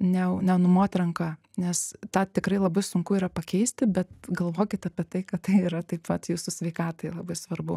ne nenumoti ranka nes tą tikrai labai sunku yra pakeisti bet galvokit apie tai kad tai yra taip pat jūsų sveikatai labai svarbu